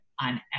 on